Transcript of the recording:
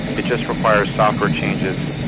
it just requires software changes,